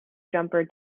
jumper